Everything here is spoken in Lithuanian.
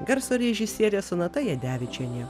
garso režisierė sonata jadevičienė